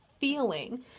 feeling